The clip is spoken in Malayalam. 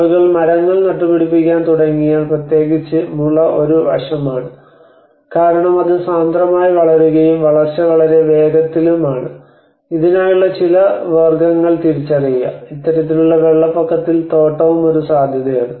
ആളുകൾ മരങ്ങൾ നട്ടുപിടിപ്പിക്കാൻ തുടങ്ങിയാൽ പ്രത്യേകിച്ച് മുള ഒരു വശമാണ് കാരണം അത് സാന്ദ്രമായി വളരുകയും വളർച്ച വളരെ വേഗത്തിലും ആണ് ഇതിനായുള്ള ചില വർഗ്ഗങ്ങൾ തിരിച്ചറിയുക ഇത്തരത്തിലുള്ള വെള്ളപ്പൊക്കത്തിൽ തോട്ടവും ഒരു സാധ്യതയാണ്